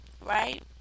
Right